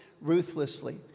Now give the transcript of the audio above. ruthlessly